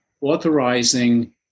authorizing